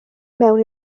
mewn